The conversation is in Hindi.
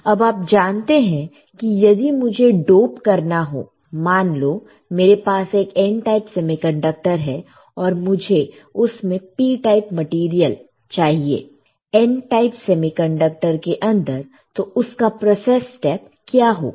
अब आप जानते हैं यदि मुझे डोप करना हो मान लो मेरे पास एक N टाइप सेमीकंडक्टर है और मुझे उस में P टाइप मटेरियल चाहिए N टाइप सेमीकंडक्टर के अंदर तो उसका प्रोसेस स्टेप क्या होगा